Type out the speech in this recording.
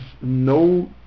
no